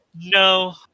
No